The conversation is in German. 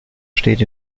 steht